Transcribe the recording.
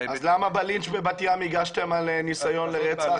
--- אז למה בלינץ' בבת ים הגשתם על ניסיון לרצח